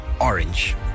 orange